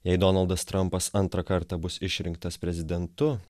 jei donaldas trampas antrą kartą bus išrinktas prezidentu